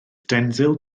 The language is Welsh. denzil